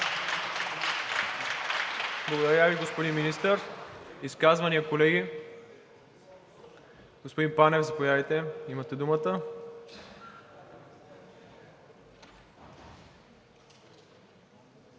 Благодаря Ви, господин Министър. Изказвания, колеги? Господин Панев, заповядайте, имате думата.